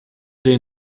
their